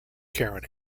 karen